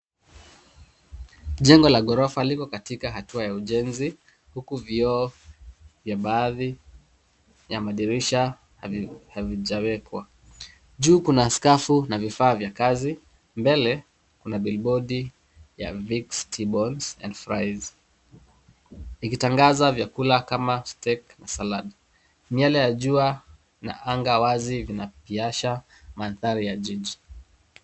Jengo la ghorofa liko katika hatua ya ujenzi , huku vioo vya baadhi ya madirisha havijawekwa. Juu kuna skafu na vifaa vingine vya kazi, mbele kuna vibodi ya Vicks T bones and fries, ikitangaza vyakula kama steak na salad . Miale ya jua na anga wazi vinapiasha mandhari ya jiji.